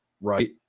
Right